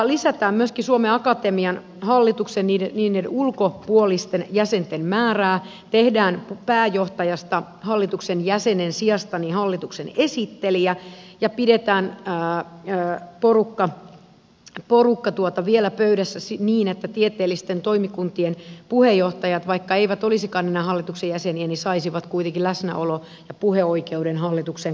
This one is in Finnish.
lisätään myöskin suomen akatemian hallituksen ulkopuolisten jäsenten määrää tehdään pääjohtajasta hallituksen jäsenen sijasta hallituksen esittelijä ja pidetään porukka vielä pöydässä niin että tieteellisten toimikuntien puheenjohtajat vaikka eivät olisikaan enää hallituksen jäseniä saisivat kuitenkin läsnäolo ja puheoikeuden hallituksen kokouksiin